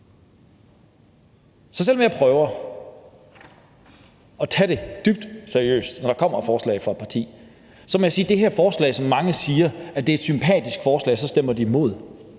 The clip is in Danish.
Så selv om jeg prøver at tage det dybt seriøst, når der kommer et forslag fra et parti, må jeg sige om det her forslag, som mange siger er et sympatisk forslag, og så stemmer de imod: